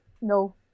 No